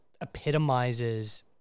epitomizes